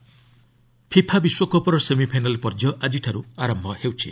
FIFA FIFA ବିଶ୍ୱକପ୍ର semifinal ପର୍ଯ୍ୟାୟ ଆଜିଠାରୁ ଆରମ୍ଭ ହେଉଛି